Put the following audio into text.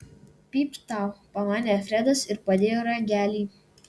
pypt tau pamanė fredas ir padėjo ragelį